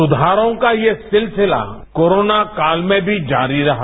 सुधारों का ये सिलसिला कोरोनाकाल में भी जारी रहा